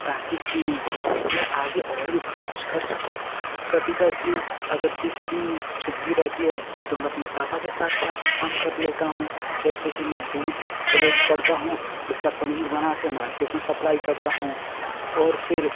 ताकि कि मैं आगे और भी बड़ा कुछ कर सकूँ कभी कभी अगर जिस दिन छुट्टी रहेती है तो मैं अपने पापा के साथ जा कर काम कर लेता हूँ जैसे कि मैं दूध कलेक्ट करता हूँ उसका पनीर बना कर मार्केट में सप्लाई करता हूँ और फिर